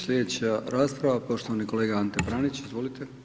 Slijedeća rasprava poštovani kolega Ante Pranić, izvolite.